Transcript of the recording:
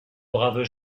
braves